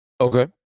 Okay